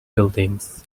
buildings